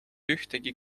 ühtegi